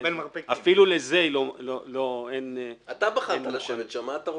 --- אתה בחרת לשבת שם ....